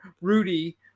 Rudy